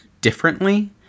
differently